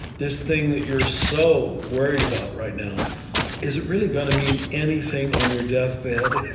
this thing that you're so worried about right now is it really going to mean anything on your deathbed?